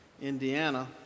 Indiana